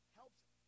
helps